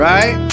Right